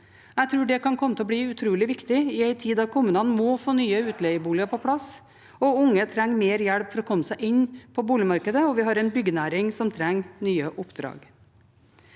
Jeg tror det kan komme til å bli utrolig viktig i en tid der kommunene må få nye utleieboliger på plass, de unge trenger mer hjelp for å komme seg inn på boligmarkedet, og vi har en byggenæring som trenger nye oppdrag.